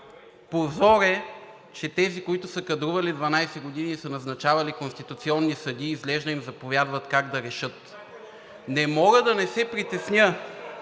Позор е, че тези, които са кадрували 12 години и са назначавали конституционни съдии, изглежда им заповядват как да решат. Не мога да не се притесня